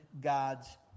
God's